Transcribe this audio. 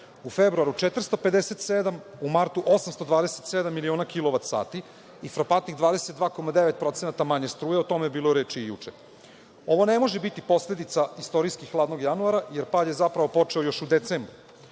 u februaru 457, u martu 827 miliona kilovat sati i frapantnih 22,9% manje struje. O tome je bilo reči i juče. Ovo ne može biti posledica istorijski hladnog januara, jer pad je zapravo počeo još u decembru.